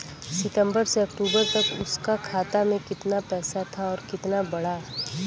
सितंबर से अक्टूबर तक उसका खाता में कीतना पेसा था और कीतना बड़ा?